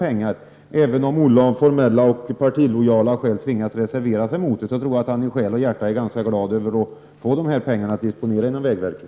Även om Olle Östrand av formella skäl och partilojalitet tvingas att reservera sig mot förslaget tror jag att han i själ och hjärta är ganska glad över de här pengarna, som kan disponeras inom vägverket.